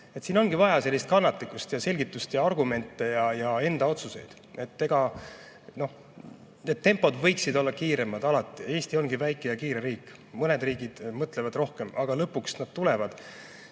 Siin ongi vaja kannatlikkust ja selgitust ja argumente ja enda otsuseid. Need tempod võiksid olla kiiremad, alati. Eesti on väike ja kiire riik. Mõned riigid mõtlevad rohkem, aga lõpuks nad tulevad